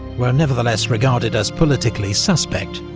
were nevertheless regarded as politically suspect.